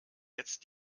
jetzt